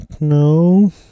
No